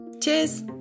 cheers